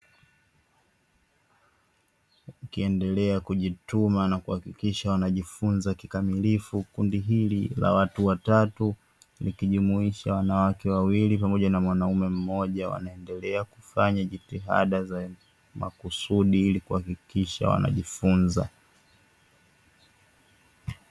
Wakiendelea kujituma na kuhakikisha wanajifunza kikamilifu, kundi hili la watu watatu ikijumuisha wanawake wawili pamoja na mwanamke mmoja wanaendelea kufanya jitihada za makusudi ili kuhakikisha wanajifunza.